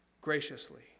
graciously